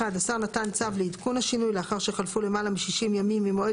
השר נתן צו לעדכון השינוי לאחר שחלפו למעלה מ-60 ימים ממועד